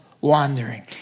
wandering